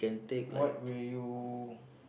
what will you